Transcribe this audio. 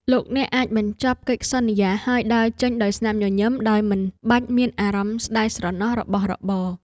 លោកអ្នកអាចបញ្ចប់កិច្ចសន្យាហើយដើរចេញដោយស្នាមញញឹមដោយមិនបាច់មានអារម្មណ៍ស្ដាយស្រណោះរបស់របរ។